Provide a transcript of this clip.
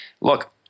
Look